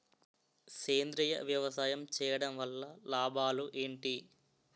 సేంద్రీయ వ్యవసాయం చేయటం వల్ల లాభాలు ఏంటి?